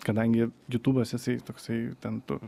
kadangi jutubas jisai toksai ten tu